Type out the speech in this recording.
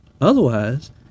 Otherwise